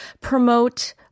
promote